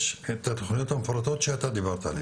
יש את התוכניות המפורטות שאתה דיברת עליהם?